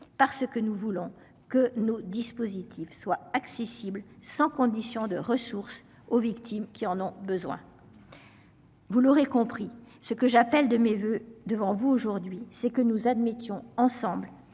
par ce que nous voulons que nos dispositifs soient accessibles sans conditions de ressources aux victimes qui en ont besoin. Vous l'aurez compris ce que j'appelle de mes voeux devant vous aujourd'hui, c'est que nous admettions ensemble